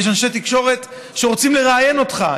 יש אנשי תקשורת שרוצים לראיין אותך,